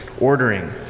ordering